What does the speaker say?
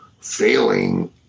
failing